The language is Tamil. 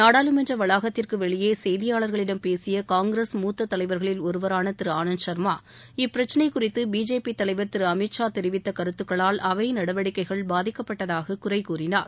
நாடாளுமன்ற வளாகத்திற்கு வெளியே செய்தியாளர்களிடம் பேசிய காங்கிரஸ் முத்த தலைவர்களில் ஒருவரான திரு ஆனந்த் சர்மா இப்பிரச்சனை குறித்து பிஜேபி தலைவர் திரு அமித் ஷா தெரிவித்த கருத்துக்களால் அவை நடவடிக்கைகள் பாதிக்கப்பட்டதாக குறைகூறினார்